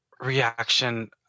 reaction